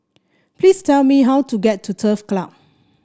please tell me how to get to Turf Club